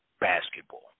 basketball